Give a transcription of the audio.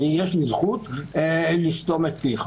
יש לי זכות לסתום את פיך.